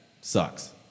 sucks